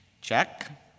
Check